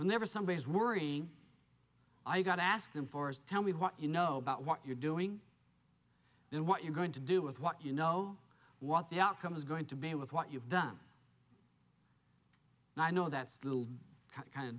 whenever somebody is worrying i got to ask them for us tell me what you know about what you're doing and what you're going to do with what you know what the outcome is going to be with what you've done and i know that's kind of